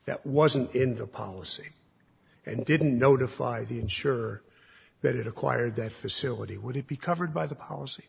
that wasn't in the policy and didn't notify the ensure that it acquired that facility would it be covered by the policy